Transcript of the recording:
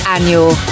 Annual